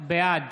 בעד